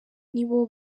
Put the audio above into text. nibo